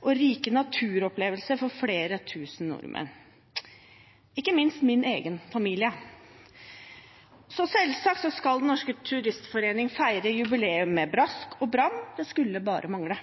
og rike naturopplevelser for flere tusen nordmenn, ikke minst min egen familie. Så selvsagt skal Den Norske Turistforening feire jubileum med brask og bram – det skulle bare mangle.